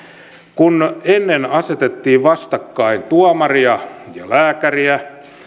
kun ennen asetettiin vastakkain tuomaria ja lääkäriä